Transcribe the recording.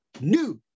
new